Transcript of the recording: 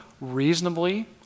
reasonably